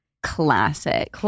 Classic